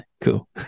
cool